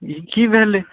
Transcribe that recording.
ई की भेलै